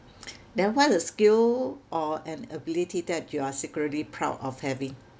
then what is a skill or an ability that you are secretly proud of having